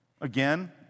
Again